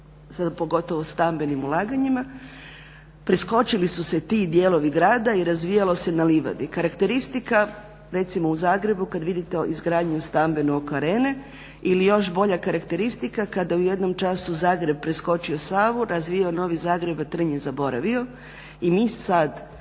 sad pogotovo stambenim ulaganjima preskočili su se ti dijelovi grada i razvijalo se na livadi. Karakteristika recimo u Zagrebu kad vidite izgradnju stambenog … ili još bolja karakteristika kada je u jednom času Zagreb preskočio Savu, razvijao Novi Zagreb, a Trnje zaboravio. I mi sad